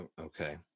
okay